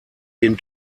den